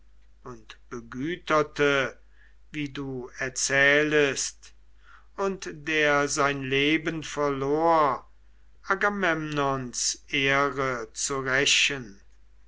und begüterte wie du erzählest und der sein leben verlor agamemnons ehre zu rächen